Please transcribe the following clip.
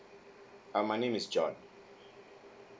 uh my name is john